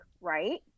right